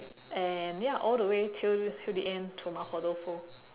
and ya all the way till till the end to 麻婆豆腐